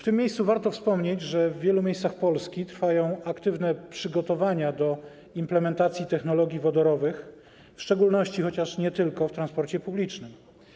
Przy tej okazji warto wspomnieć, że w wielu miejscach Polski trwają aktywne przygotowania do implementacji technologii wodorowych, w szczególności, chociaż nie tylko, w transporcie publicznym.